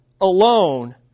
alone